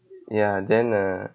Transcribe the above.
ya then uh